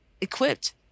equipped